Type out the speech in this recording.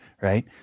right